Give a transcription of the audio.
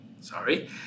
Sorry